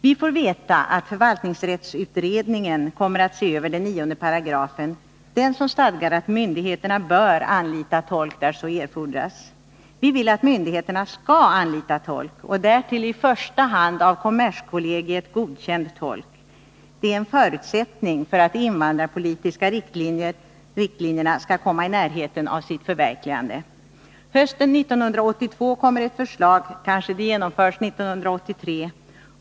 Vi får veta att förvaltningsrättsutredningen kommer att se över 98 i förvaltningslagen — den paragraf som stadgar att myndigheter bör anlita tolk, där så erfordras. Vi vill att myndigheterna skall anlita tolk, och därtill i första hand av kommerskollegium godkänd tolk. Det är en förutsättning för att de invandrarpolitiska riktlinjerna skall komma i närheten av sitt förverkligande. Hösten 1982 kommer ett förslag — kanske det genomförs 1983.